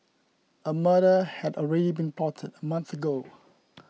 a murder had already been plotted a month ago